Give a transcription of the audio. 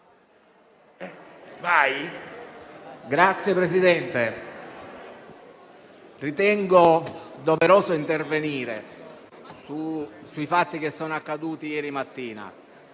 Signor Presidente, ritengo doveroso intervenire sui fatti che sono accaduti ieri mattina.